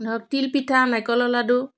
ধৰক তিলপিঠা নাৰিকলৰ লাড়ু